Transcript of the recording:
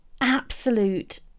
absolute